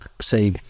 say